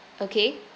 okay